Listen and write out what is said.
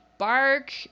bark